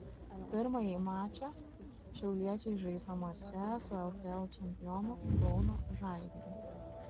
pirmąjį mačą šiauliečiai žais namuose su lkl čempionu kauno žalgiriu